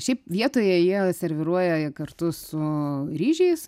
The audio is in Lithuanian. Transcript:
šiaip vietoje jie serviruoja kartu su ryžiais